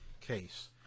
case